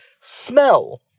smell